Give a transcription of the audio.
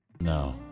No